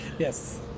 Yes